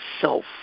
self